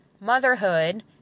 motherhood